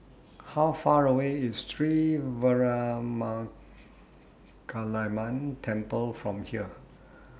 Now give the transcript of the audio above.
How Far away IS Sri Veeramakaliamman Temple from here